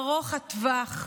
ארוך הטווח,